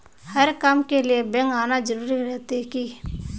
हर काम के लिए बैंक आना जरूरी रहते की?